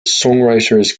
songwriters